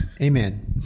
amen